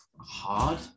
hard